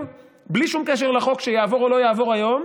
בלי שום קשר לחוק שיעבור או לא יעבור היום,